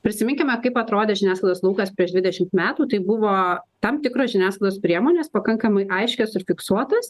prisiminkime kaip atrodė žiniasklaidos laukas prieš dvidešimt metų tai buvo tam tikros žiniasklaidos priemonės pakankamai aiškios užfiksuotos